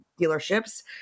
dealerships